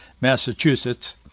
Massachusetts